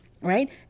right